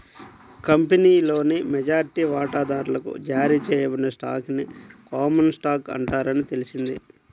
కంపెనీలోని మెజారిటీ వాటాదారులకు జారీ చేయబడిన స్టాక్ ని కామన్ స్టాక్ అంటారని తెలిసింది